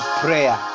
prayer